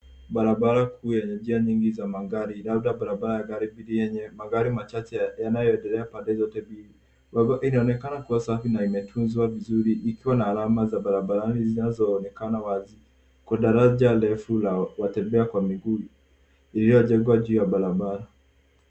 Barabara kuu yenye njia nyingi za magari. Labda barabara gari yenye machache yanayoendea pande zote mbili. Inaonekana kuwa safi na imetunzwa vizuri ikiwa na alama za barabarani zinazoonekana wazi. Kwa daraja refu la watu kutembea kwa miguu iliyojengwa juu ya barabara.